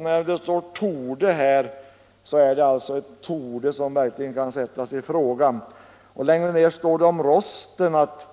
När det står ”torde”, är det något som verkligen kan sättas i fråga. Längre ner i utskottsbetänkandet står det om rosten att